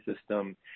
system